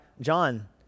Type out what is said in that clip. John